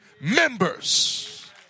members